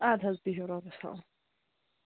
اَدٕ حظ بِہِو رۄبَس حَوال